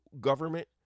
government